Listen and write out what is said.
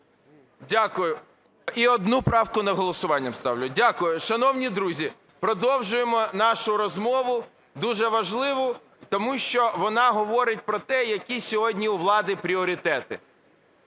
Дякую. І одну правку на голосування ставлю. Дякую. Шановні друзі, продовжуємо нашу розмову дуже важливу, тому що вона говорить про те, які сьогодні у влади пріоритети.